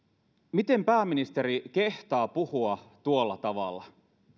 miten pääministeri kehtaa puhua tuolla tavalla